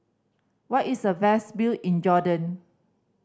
where is the best view in Jordan